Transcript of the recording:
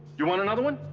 you want another one?